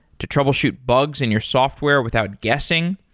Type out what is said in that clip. to troubleshoot bugs in your software without guessing.